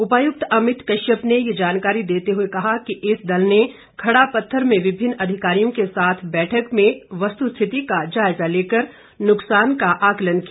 उपायुक्त अमित कश्यप ने ये जानकारी देते हुए कहा कि इस दल ने खड़ापत्थर में विभिन्न अधिकारियों के साथ बैठक में वस्तुस्थिति का जायजा लेकर नुकसान का आंकलन किया